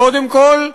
קודם כול,